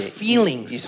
feelings